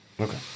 Okay